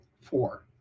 Four